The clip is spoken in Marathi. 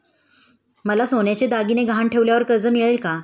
मला सोन्याचे दागिने गहाण ठेवल्यावर कर्ज मिळेल का?